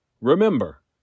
Remember